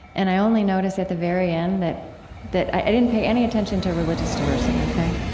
and i only notice at the very end that that i didn't pay any attention to religious diversity, ok?